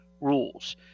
rules